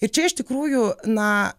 ir čia iš tikrųjų na